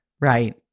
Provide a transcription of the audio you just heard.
right